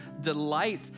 delight